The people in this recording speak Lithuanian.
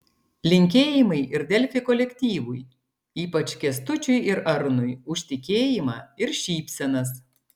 linkėjimai ir delfi kolektyvui ypač kęstučiui ir arnui už tikėjimą ir šypsenas